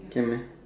can meh